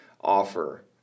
offer